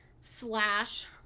Slash